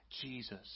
Jesus